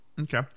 Okay